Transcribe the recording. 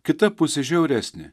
kita pusė žiauresnė